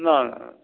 न